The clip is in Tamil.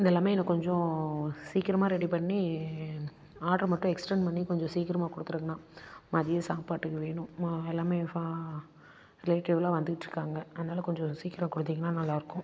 இதெல்லாமே எனக்கு கொஞ்சம் சீக்கிரமாக ரெடி பண்ணி ஆட்ரு மட்டும் எக்ஸ்டர்ன் பண்ணி கொஞ்சம் சீக்கிரமாக கொடுத்துடுங்கண்ணா மதியம் சாப்பாட்டுக்கு வேணும் எல்லாமே ரிலேட்டிவ்லாம் வந்துட்டு இருக்காங்க அதனால் கொஞ்சம் சீக்கிரம் கொடுத்தீங்கன்னா நல்லாயிருக்கும்